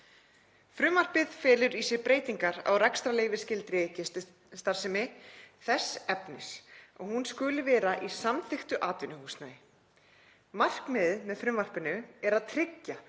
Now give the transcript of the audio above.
Frumvarpið felur í sér breytingar á rekstrarleyfisskyldri gististarfsemi þess efnis að hún skuli vera í samþykktu atvinnuhúsnæði. Markmiðið með frumvarpinu er að tryggja